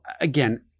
again